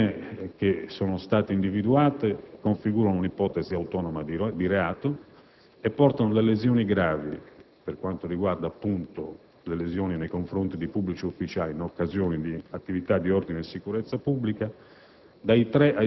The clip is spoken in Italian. Lepene che sono state individuate configurano un'ipotesi autonoma di reato e portano le lesioni gravi nei confronti di pubblici ufficiali in occasione di attività di ordine e sicurezza pubblica